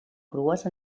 crues